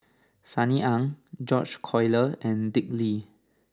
Sunny Ang George Collyer and Dick Lee